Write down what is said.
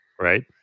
Right